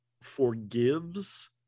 forgives